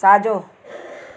साॼो